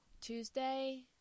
Tuesday